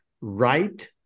right